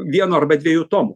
vieno arba dviejų tomų